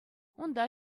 унта